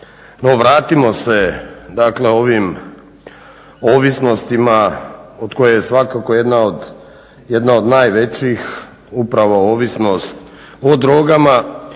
vratimo se, dakle ovim ovisnostima, od koje je svakako jedna od najvećih upravo ovisnost o drogama,